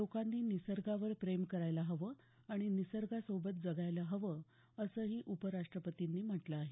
लोकांनी निसर्गावर प्रेम करायला हवं आणि निसर्गासोबत जगायला हवं असंही उपराष्ट्रपतींनी म्हटलं आहे